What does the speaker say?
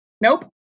Nope